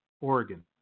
Oregon